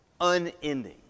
unending